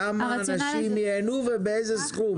כמה אנשים ייהנו ובאיזה סכום.